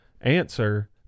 answer